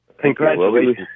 Congratulations